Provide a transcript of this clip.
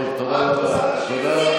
כמה טוב, אדוני,